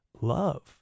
love